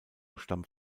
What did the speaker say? stammt